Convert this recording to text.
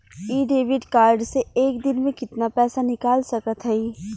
इ debit card से एक दिन मे कितना पैसा निकाल सकत हई?